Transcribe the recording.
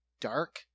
dark